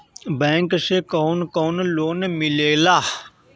Bank से कौन कौन लोन मिलेला?